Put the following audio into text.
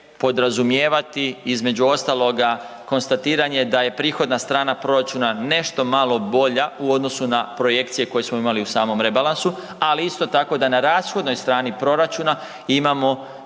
će podrazumijevati između ostaloga konstatiranje da je prihodna strana proračuna nešto malo bolja u odnosu na projekcije koje smo imali u samom rebalansu. Ali isto tako da na rashodnoj strani proračuna imamo